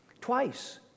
Twice